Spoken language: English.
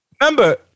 Remember